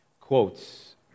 quotes